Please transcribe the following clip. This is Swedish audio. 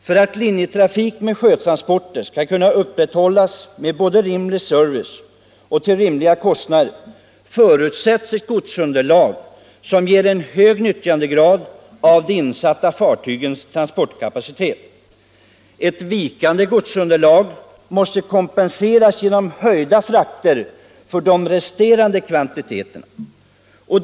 För att linjetrafik med sjötransporter skall kunna upprätthållas med rimlig service och till rimliga kostnader behövs ett godsunderlag som ger en hög utnyttjandegrad av de insatta fartygens transportkapacitet. Ett vikande godsunderlag måste kompenseras genom höjda frakter för de resterande kvantiteterna.